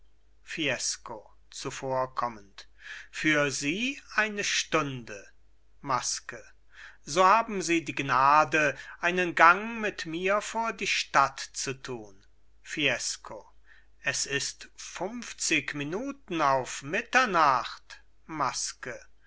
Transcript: fiesco zuvorkommend für sie eine stunde maske so haben sie die gnade einen gang mit mir vor die stadt zu tun fiesco es ist funfzig minuten auf mitternacht maske